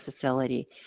facility